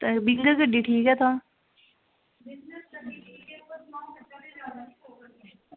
ते बिग गड्डी ठीक ऐ तां